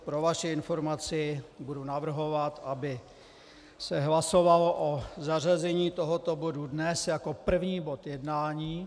Pro vaši informaci, budu navrhovat, aby se hlasovalo o zařazení tohoto bodu dnes jako první bod jednání.